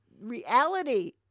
reality